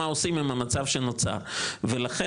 מה עושים עם המצב שנוצר ולכן,